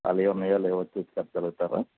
ఖాళీగా ఉన్నాయా లేవా చూసి చెప్పగలుగుతారా